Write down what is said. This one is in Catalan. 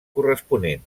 corresponent